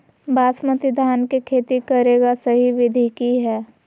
बासमती धान के खेती करेगा सही विधि की हय?